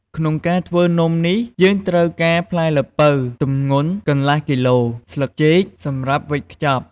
ក្នុងការធ្វើនំនេះ យើងត្រូវការផ្លែល្ពៅទម្ងន់កន្លះគីឡូ ស្លឹកចេកសម្រាប់វេចខ្ចប់។